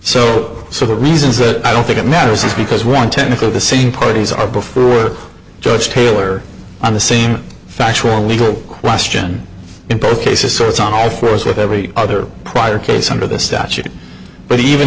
so so the reasons that i don't think it matters is because one tenth of the same parties are before the judge taylor on the same factual legal question in both cases so it's on all fours with every other prior case under the statute but even